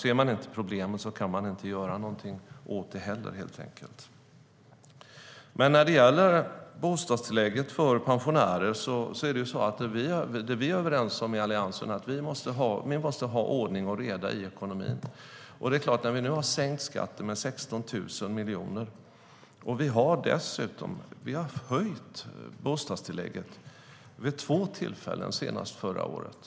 Ser man inte problem kan man inte heller göra någonting åt dem. När det gäller bostadstillägget för pensionärer är vi i Alliansen överens om att vi först måste ha ordning och reda i ekonomin. Vi har sänkt skatten med 16 000 miljoner och dessutom höjt bostadstillägget vid två tillfällen, senast förra året.